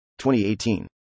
2018